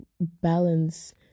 balance